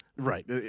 Right